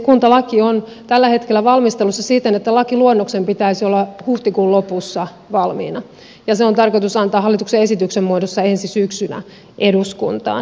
kuntalaki on tällä hetkellä valmistelussa siten että lakiluonnoksen pitäisi olla huhtikuun lopussa valmiina ja se on tarkoitus antaa hallituksen esityksen muodossa ensi syksynä eduskuntaan